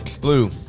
Blue